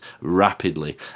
rapidly